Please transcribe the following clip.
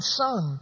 son